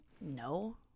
No